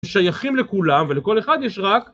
שייכים לכולם ולכל אחד יש רק...